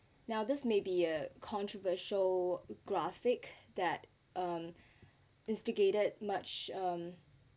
ow this may be a controversial graphic that um instigated much um